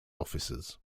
officers